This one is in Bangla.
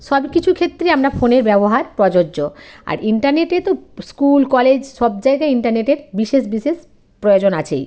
সব কিছু ক্ষেত্রে আমরা ফোনের ব্যবহার প্রযোজ্য আর ইন্টারনেটে তো স্কুল কলেজ সব জায়গায় ইন্টারনেটের বিশেষ বিশেষ প্রয়োজন আছেই